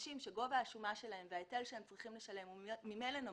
שאנשים שגובה השומה שלהם וההיטל שהם צריכים לשלם ממילא נמוך,